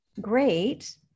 great